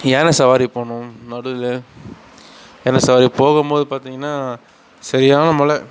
யானை சவாரி போனோம் நடுவில் யானை சவாரி போகும்போது பார்த்தீங்கன்னா சரியான மழை